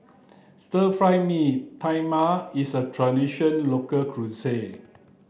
Stir Fry Mee Tai Mak is a traditional local cuisine